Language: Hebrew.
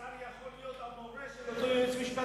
השר יכול להיות המורה של אותו יועץ משפטי.